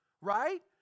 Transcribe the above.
right